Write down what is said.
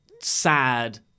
sad